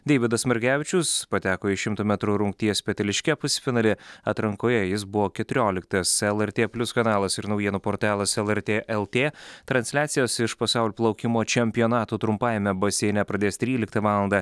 deividas margevičius pateko į šimto metrų rungties peteliške pusfinalį atrankoje jis buvo keturioliktas lrt plius kanalas ir naujienų portalas lrt lt transliacijos iš pasaul plaukimo čempionatų trumpajame baseine pradės tryliktą valandą